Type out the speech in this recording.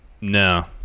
no